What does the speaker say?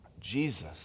Jesus